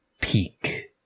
peak